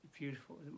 beautiful